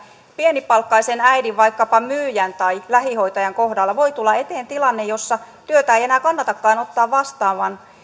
pienipalkkaisen äidin vaikkapa myyjän tai lähihoitajan kohdalla voi tulla eteen tilanne jossa työtä ei enää kannatakaan ottaa vastaan